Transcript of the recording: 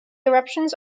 eruptions